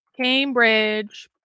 Cambridge